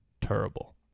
Terrible